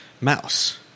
Mouse